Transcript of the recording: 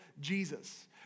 Jesus